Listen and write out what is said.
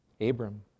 Abram